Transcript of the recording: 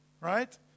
right